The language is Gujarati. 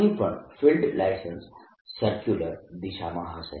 અહીં પણ ફિલ્ડ લાઇન્સ સરક્યુલર દિશામાં હશે